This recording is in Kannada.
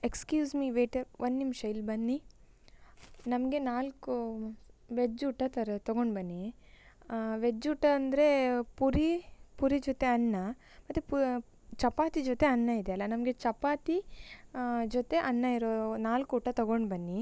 ಎಕ್ಸ್ಕ್ಯೂಸ್ ಮಿ ವೇಟರ್ ಒಂದು ನಿಮಿಷ ಇಲ್ಲಿ ಬನ್ನಿ ನಮಗೆ ನಾಲ್ಕು ವೆಜ್ ಊಟ ತರ ತಗೊಂಡು ಬನ್ನಿ ವೆಜ್ ಊಟ ಅಂದರೆ ಪೂರಿ ಪೂರಿ ಜೊತೆ ಅನ್ನ ಮತ್ತು ಪು ಚಪಾತಿ ಜೊತೆ ಅನ್ನ ಇದೆಯಲ್ಲ ನಮಗೆ ಚಪಾತಿ ಜೊತೆ ಅನ್ನ ಇರೋ ನಾಲ್ಕು ಊಟ ತಗೊಂಡು ಬನ್ನಿ